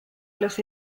los